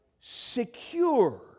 secure